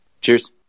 Cheers